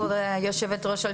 כבוד היושבת ראש,